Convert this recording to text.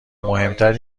مهمتر